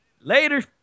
Later